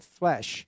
flesh